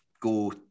go